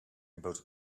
about